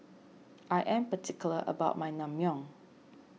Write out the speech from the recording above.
I am particular about my Naengmyeon